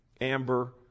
amber